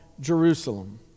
Jerusalem